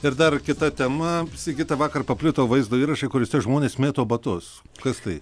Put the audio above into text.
ir dar kita tema sigita vakar paplito vaizdo įrašai kuriuose žmonės mėto batus kas tai